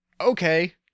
okay